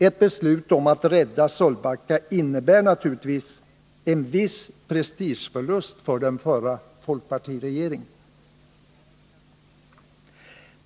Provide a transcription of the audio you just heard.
Ett beslut om att rädda Sölvbacka innebär naturligtvis en viss prestigeförlust för den förra folkpartiregeringen.